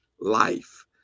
life